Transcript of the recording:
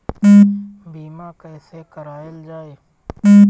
बीमा कैसे कराएल जाइ?